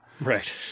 Right